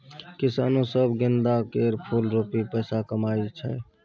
किसानो सब गेंदा केर फुल रोपि पैसा कमाइ छै